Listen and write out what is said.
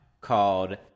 called